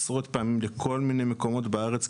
עשרות פעמים לכל מיני מקומות בארץ,